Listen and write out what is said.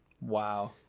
wow